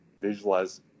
Visualize